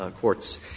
courts